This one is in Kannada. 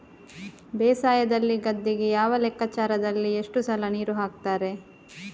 ಬೇಸಾಯದಲ್ಲಿ ಗದ್ದೆಗೆ ಯಾವ ಲೆಕ್ಕಾಚಾರದಲ್ಲಿ ಎಷ್ಟು ಸಲ ನೀರು ಹಾಕ್ತರೆ?